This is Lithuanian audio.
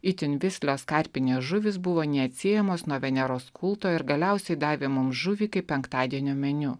itin vislios karpinės žuvys buvo neatsiejamos nuo veneros kulto ir galiausiai davė mums žuvį kaip penktadienio meniu